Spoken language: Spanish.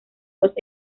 dos